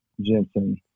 Jensen